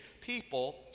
people